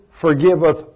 forgiveth